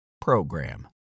PROGRAM